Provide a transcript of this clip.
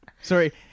Sorry